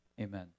amen